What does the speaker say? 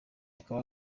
akaba